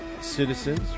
citizens